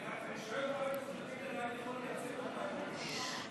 אני שואל אם יאיר לפיד יכול לייצג אותנו, בוודאי.